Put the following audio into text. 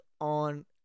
on